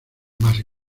más